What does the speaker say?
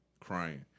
crying